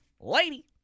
lady